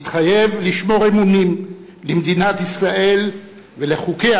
מתחייב לשמור אמונים למדינת ישראל ולחוקיה